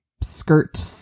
skirt